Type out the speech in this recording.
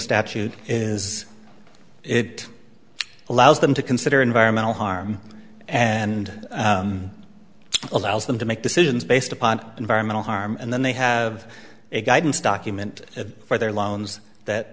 statute is it allows them to consider environmental harm and allows them to make decisions based upon environmental harm and then they have a guidance document for their loans that